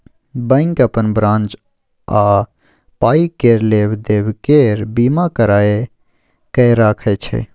bank अपन branch आ पाइ केर लेब देब केर बीमा कराए कय राखय छै